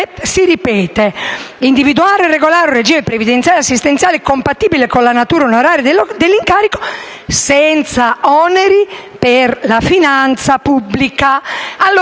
occorre «individuare e regolare un regime previdenziale e assistenziale compatibile con la natura onoraria dell'incarico, senza oneri per la finanza pubblica,